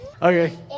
Okay